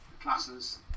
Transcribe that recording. classes